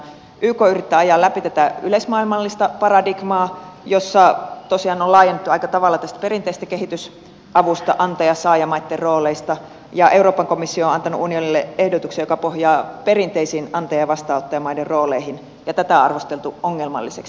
yk yrittää ajaa läpi tätä yleismaailmallista paradigmaa jossa tosiaan on laajennettu aika tavalla tästä perinteisestä kehitysavusta antajasaaja maitten rooleista ja euroopan komissio on antanut unionille ehdotuksen joka pohjaa perinteisiin antajavastaanottaja maiden rooleihin ja tätä on arvosteltu ongelmalliseksi